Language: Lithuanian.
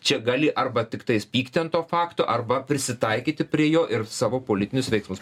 čia gali arba tiktais pykti ant to fakto arba prisitaikyti prie jo ir savo politinius veiksmus